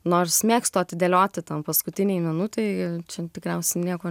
nors mėgstu atidėlioti ten paskutinei minutei čia tikriausiai nieko